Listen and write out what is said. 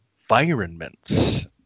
environments